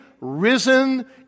risen